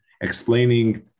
explaining